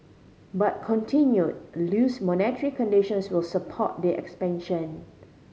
but continued loose monetary conditions will support the expansion